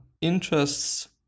interests